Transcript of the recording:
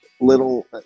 little